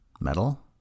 metal